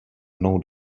mnou